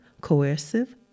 coercive